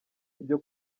byo